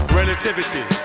relativity